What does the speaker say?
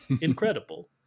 Incredible